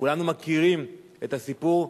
כולנו מכירים את הסיפור,